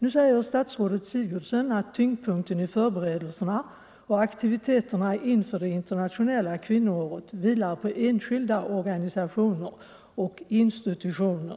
Nu säger statsrådet Sigurdsen att ”tyngdpunkten i förberedelserna och aktiviteterna inför det internationella kvinnoåret vilar på enskilda organisationer och institutioner”.